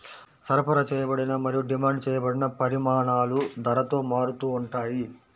సరఫరా చేయబడిన మరియు డిమాండ్ చేయబడిన పరిమాణాలు ధరతో మారుతూ ఉంటాయి